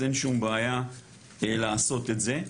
אז אין שום בעיה לעשות את זה.